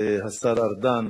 סיכום.